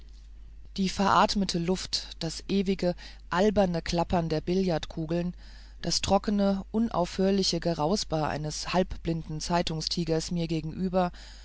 die veratmete luft das ewige alberne klappen der billardkugeln das trockene unaufhörliche gerausper eines halbblinden zeitungstigers mir gegenüber